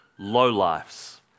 lowlifes